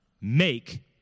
make